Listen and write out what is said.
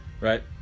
right